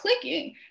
clicking